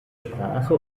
sprache